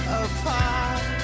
apart